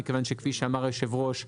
מכיוון שכפי שאמר היושב ראש,